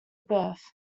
birth